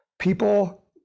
people